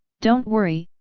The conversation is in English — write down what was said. don't worry,